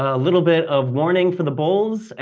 a little bit of warning for the bulls.